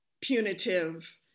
punitive